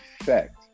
effect